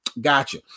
Gotcha